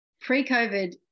Pre-COVID